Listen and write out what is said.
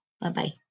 Bye-bye